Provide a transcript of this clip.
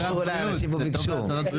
חן לוי דילג עליך ועבר אליי ישר.